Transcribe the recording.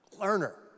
learner